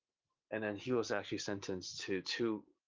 and then he was actually sentenced to two,